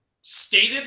stated